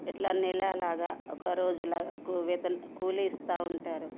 ఎట్లా నెలలాగా ఒకరోజులాగా కూలీ వేతన కూలీ ఇస్తూ ఉంటారు